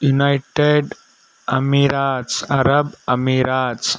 united emirates Arab emirates